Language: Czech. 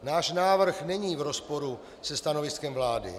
Náš návrh není v rozporu se stanoviskem vlády.